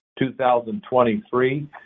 2023